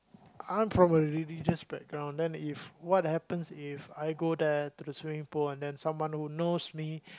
I'm probably just background then if what happens If I go there to the swimming pool then someone who knows me